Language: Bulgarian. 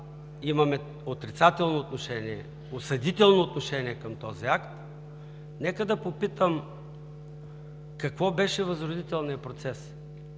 имаме отрицателно, осъдително отношение към този акт. Нека да попитам: какво беше възродителният процес?